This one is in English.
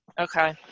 okay